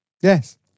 Yes